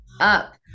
up